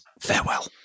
Farewell